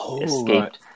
escaped